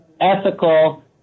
ethical